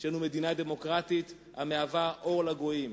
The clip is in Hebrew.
יש לנו מדינה דמוקרטית המהווה אור לגויים.